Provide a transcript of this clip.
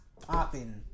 popping